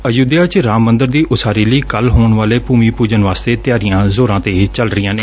ਅਯੁੱਧਿਆ ਚ ਰਾਮ ਮੰਦਰ ਦੀ ਉਸਾਰੀ ਲਈ ਕੱਲ੍ ਹੋਣ ਵਾਲੇ ਭੂਮੀ ਪੂਜਨ ਵਾਸਤੇ ਤਿਆਰੀਆਂ ਜ਼ੋਰਾਂ ਤੇ ਚੱਲ ਰਹੀਆਂ ਨੇ